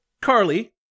Carly